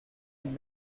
and